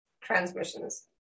transmissions